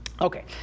Okay